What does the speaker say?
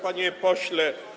Panie Pośle!